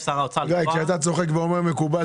כשאתה צוחק ואומר 'מקובל',